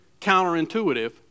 counterintuitive